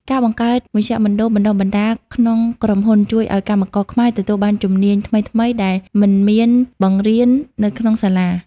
ការបង្កើត មជ្ឈមណ្ឌលបណ្តុះបណ្តាល ក្នុងក្រុមហ៊ុន ជួយឱ្យកម្មករខ្មែរទទួលបានជំនាញថ្មីៗ ដែលមិនមានបង្រៀននៅក្នុងសាលា។